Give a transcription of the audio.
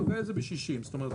אתה מקבל את זה ב-60 זאת אומרת,